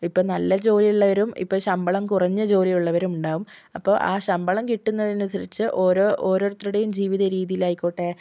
ഇപ്പോൾ നല്ല ജോലിയുള്ളവരും ഇപ്പോൾ ശമ്പളം കുറഞ്ഞ ജോലിയുള്ളവരും ഉണ്ടാകും അപ്പോൾ ആ ശമ്പളം കിട്ടുന്നതനുസരിച്ച് ഓരോ ഓരോരുത്തരുടെയും ജീവിത രീതിയിലായിക്കോട്ടെ